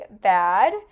bad